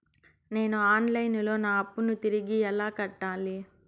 నేను online లో నా అప్పును తిరిగి ఎలా కట్టాలి?